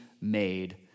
made